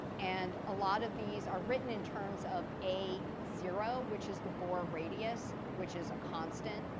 and a lot of these are written in terms of a zero, which is the bohr radius, which is a constant,